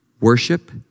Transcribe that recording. Worship